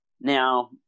Now